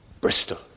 Bristol